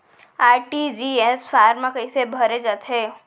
RTGS form कइसे भरे जाथे?